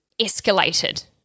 escalated